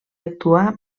actuà